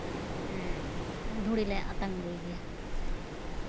ᱫᱷᱩᱲᱤ ᱞᱮ ᱟᱛᱟᱝ ᱟᱹᱜᱩᱭ ᱜᱮᱭᱟ